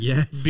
Yes